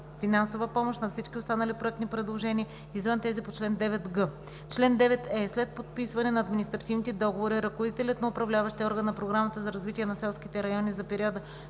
финансова помощ на всички останали проектни предложения, извън тези по чл. 9г. Чл. 9е. След подписване на административните договори ръководителят на управляващия орган на Програмата за развитие на селските райони за периода